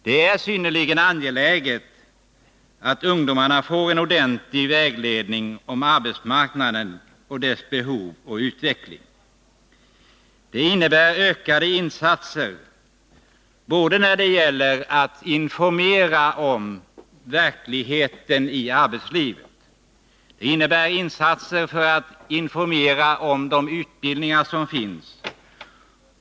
Det är synnerligen angeläget att ungdomarna får en ordentlig vägledning om arbetsmarknaden och dess behov och utveckling. Det handlar om ökade insatser när det gäller att informera om verkligheten i arbetslivet och om de utbildningar som finns.